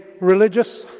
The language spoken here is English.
religious